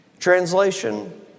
Translation